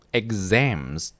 exams